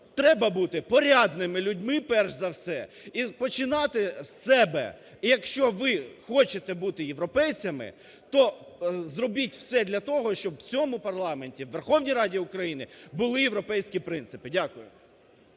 треба бути порядними людьми перш за все і починати з себе, якщо ви хочете бути європейцями, то зробіть все для того, щоби в цьому парламенті, в Верховній Раді України, були європейські принципи. Дякую.